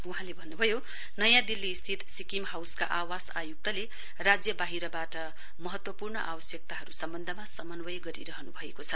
वहाँले भन्नुभयो नयाँ दिल्ली स्थित सिक्किम हाउसका आवास आयुक्तले राज्यबाहिरबाट महत्वपूर्ण आवश्यकता सम्वन्धमा समन्वय गरिरहनु भएको छ